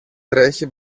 τρέχει